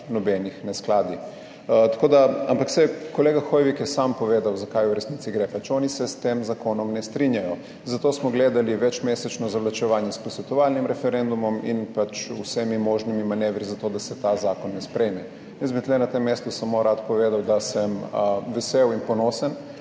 nobenih neskladij. Ampak saj kolega Hoivik je sam povedal, za kaj v resnici gre. Pač oni se s tem zakonom ne strinjajo, zato smo gledali večmesečno zavlačevanje s posvetovalnim referendumom in pač vsemi možnimi manevri za to, da se ta zakon ne sprejme. Jaz bi tu na tem mestu samo rad povedal, da sem vesel in ponosen,